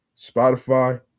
Spotify